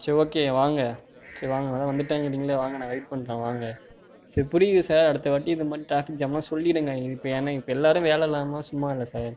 சரி ஓகே வாங்க சரி வாங்க அதான் வந்துட்டேங்கிறிங்கள்ல வாங்க நான் வெயிட் பண்ணுறேன் வாங்க சார் புரியுது சார் அடுத்தவாட்டி இந்த மாதிரி டிராஃபிக் ஜாம்லாம் சொல்லிடுங்க இப்போ ஏன்னா இப்போ எல்லோரும் வேலை இல்லாமல் சும்மா இல்லை சார்